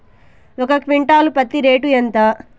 ఒక క్వింటాలు పత్తి రేటు ఎంత?